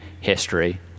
history